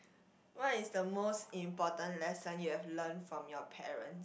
what is the most important lesson you have learnt from your parents